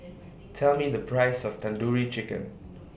Tell Me The Price of Tandoori Chicken